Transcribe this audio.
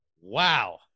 wow